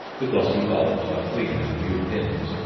the glossy bulbs are clean as new pins,